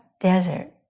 Desert